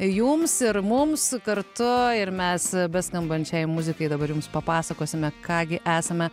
jums ir mums kartu ir mes beskambančiai muzikai dabar jums papasakosime ką gi esame